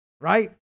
right